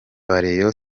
rayon